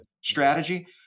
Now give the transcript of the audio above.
strategy